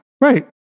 right